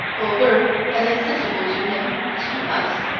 or were as accessible to him as to us.